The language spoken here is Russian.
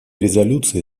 резолюция